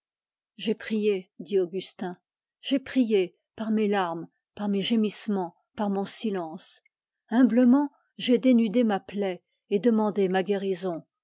j'ai prié dit augustin j'ai prié par mes larmes par mes gémissements par mon silence humblement j'ai dénudé ma plaie et demandé ma guérison